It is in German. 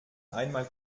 einmal